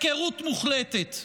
הפקרות מוחלטת: